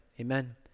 amen